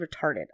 retarded